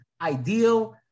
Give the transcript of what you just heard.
ideal